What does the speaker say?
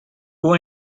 who